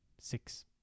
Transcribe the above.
six